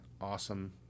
awesome